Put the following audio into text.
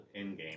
Endgame